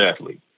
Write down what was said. athlete